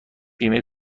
بیمه